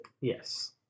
Yes